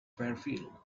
fairfield